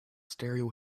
stereo